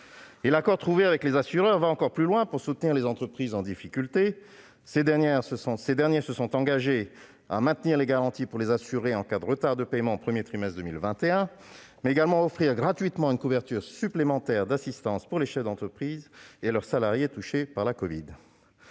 L'accord trouvé avec les assureurs va encore plus loin pour soutenir les entreprises en difficulté. Ces derniers se sont engagés à maintenir les garanties pour les assurés en cas de retard de paiement au premier trimestre 2021, mais également à offrir gratuitement une couverture supplémentaire d'assistance pour les chefs d'entreprise et leurs salariés touchés par la covid.